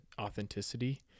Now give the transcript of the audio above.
authenticity